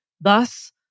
Thus